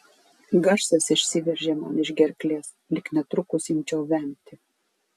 garsas išsiveržė man iš gerklės lyg netrukus imčiau vemti